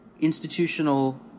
institutional